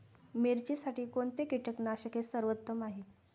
मिरचीसाठी कोणते कीटकनाशके सर्वोत्तम आहे?